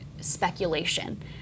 speculation